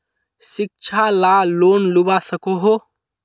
शिक्षा ला लोन लुबा सकोहो?